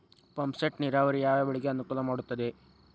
Pump set ನೇರಾವರಿ ಯಾವ್ ಬೆಳೆಗೆ ಅನುಕೂಲ ಮಾಡುತ್ತದೆ?